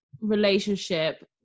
relationship